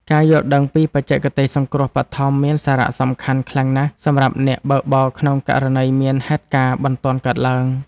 ការយល់ដឹងពីបច្ចេកទេសសង្គ្រោះបឋមមានសារៈសំខាន់ខ្លាំងណាស់សម្រាប់អ្នកបើកបរក្នុងករណីមានហេតុការណ៍បន្ទាន់កើតឡើង។